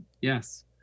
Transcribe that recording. yes